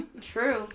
True